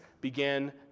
began